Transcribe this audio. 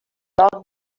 station